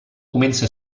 comença